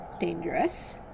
Dangerous